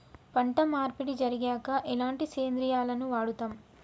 పంట మార్పిడి జరిగాక ఎలాంటి సేంద్రియాలను వాడుతం?